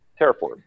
terraform